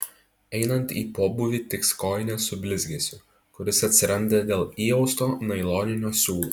einant į pobūvį tiks kojinės su blizgesiu kuris atsiranda dėl įausto nailoninio siūlo